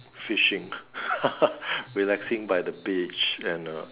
fishing relaxing by the beach and uh